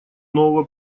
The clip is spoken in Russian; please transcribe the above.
нового